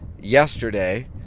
yesterday